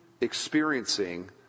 experiencing